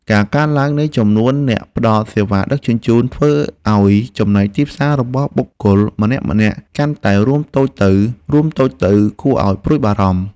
ការកើនឡើងនៃចំនួនអ្នកផ្តល់សេវាដឹកជញ្ជូនធ្វើឱ្យចំណែកទីផ្សាររបស់បុគ្គលម្នាក់ៗកាន់តែរួមតូចទៅៗគួរឱ្យព្រួយបារម្ភ។